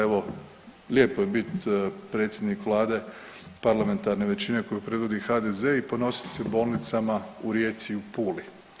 Evo lijepo je biti predsjednik Vlade parlamentarne većine koju predvodi HDZ i ponosit se bolnicama u Rijeci i u Puli.